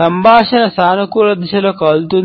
సంభాషణ సానుకూల దిశలో కదులుతుంది